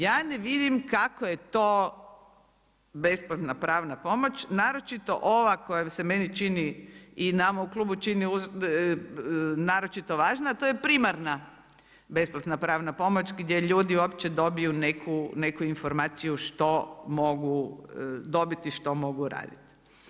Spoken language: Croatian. Ja ne vidim kako je to besplatna pravna pomoć, naročito ova koja se meni čini i nama u klubu čini naročito važna, a to je primarna besplatna pravna pomoć, gdje ljudi uopće dobiju neku informaciju što mogu dobiti, što mogu raditi.